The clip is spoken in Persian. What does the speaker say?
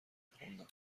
میخوندم